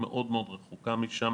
היא מאוד מאוד רחוקה משם